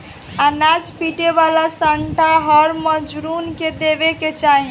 अनाज पीटे वाला सांटा हर मजूरन के देवे के चाही